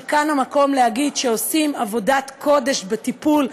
שכאן המקום להגיד שעושים עבודת קודש בטיפול,